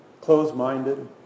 closed-minded